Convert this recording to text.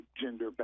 gender